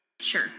Sure